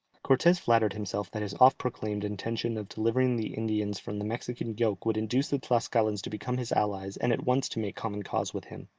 cortes flattered himself that his oft-proclaimed intention of delivering the indians from the mexican yoke would induce the tlascalans to become his allies and at once to make common cause with him.